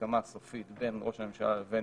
הסכמה סופית בין ראש הממשלה לבין